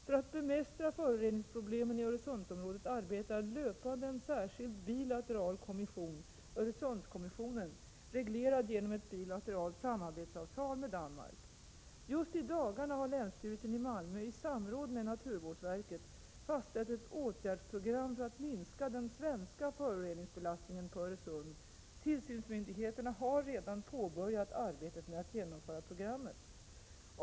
För att bemästra föroreningsproblemen i Öresundsområdet arbetar löpande en särskild bilateral kommission — Öresundskommissionen — reglerad genom ett bilateralt samarbetsavtal med Danmark. Just i dagarna har länsstyrelsen i Malmö i samråd med naturvårdsverket fastställt ett åtgärdsprogram för att minska den svenska föroreningsbelastningen på Öresund. Tillsynsmyndigheterna har redan påbörjat arbete med att genomföra programmet.